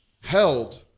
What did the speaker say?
held